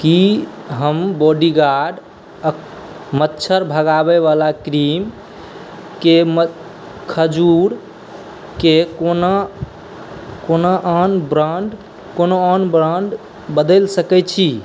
कि हम बॉडीगार्ड मच्छर भगाबैवला क्रीमके खजूरके कोना कोना आन ब्रान्ड कोनो आन ब्रान्ड बदलि सकै छी